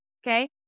Okay